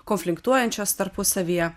konfliktuojančias tarpusavyje